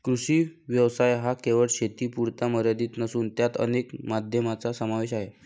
कृषी व्यवसाय हा केवळ शेतीपुरता मर्यादित नसून त्यात अनेक माध्यमांचा समावेश आहे